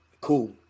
cool